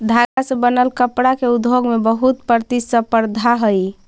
धागा से बनल कपडा के उद्योग में बहुत प्रतिस्पर्धा हई